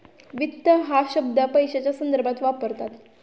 वित्त हा शब्द पैशाच्या संदर्भात वापरतात